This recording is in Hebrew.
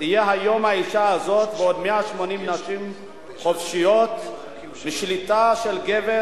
תהיינה היום האשה הזאת ועוד 180 נשים חופשיות משליטה של גבר,